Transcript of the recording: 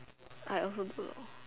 I also don't know